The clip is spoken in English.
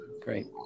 Great